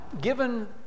given